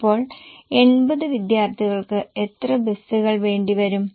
അപ്പോൾ 80 വിദ്യാർത്ഥികൾക്ക് എത്ര ബസുകൾ വേണ്ടിവരും